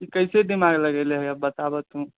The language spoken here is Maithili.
ई कैसे दिमाग लगैले हैं बताबऽ तू